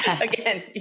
again